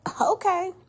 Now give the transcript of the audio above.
okay